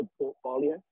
portfolio